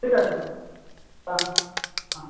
ঠিক আছে হ্যাঁ হ্যাঁ